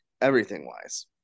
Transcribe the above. everything-wise